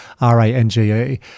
R-A-N-G-E